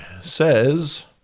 says